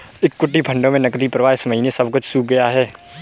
equity फंडों में नकदी प्रवाह इस महीने सब कुछ सूख गया है